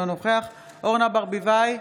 אינו נוכח אורנה ברביבאי,